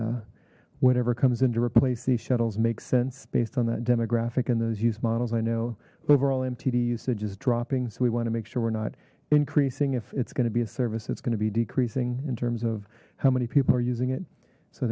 the whatever comes in to replace these shuttles makes sense based on that demographic and those use models i know overall mtd usage is dropping so we want to make sure we're not increasing if it's going to be a service that's going to be decreasing in terms of how many people are using it so i